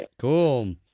Cool